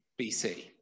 BC